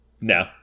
No